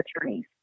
attorneys